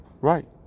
Right